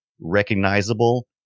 recognizable